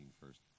first